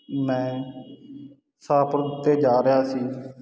ਮੈਂ ਸਾਪੁਰ ਤੇ ਜਾ ਰਿਹਾ ਸੀ